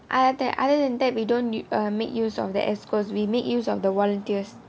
other than other than that we don't make use of the executive committees we make use of the volunteers